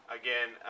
again